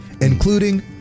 including